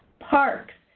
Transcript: parks,